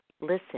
listen